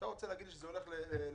אתה רוצה להגיד לי שזה הולך לחיילים.